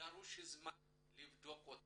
דרוש זמן לבדוק.